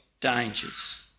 dangers